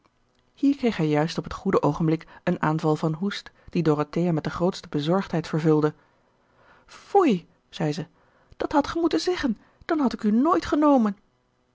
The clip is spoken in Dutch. kreeg hij juist op het goede oogenblik een aanval van hoest die dorothea met de grootste bezorgdheid vervulde foei zei ze dat hadt ge moeten zeggen dan had ik u nooit genomen